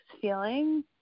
feeling